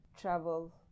travel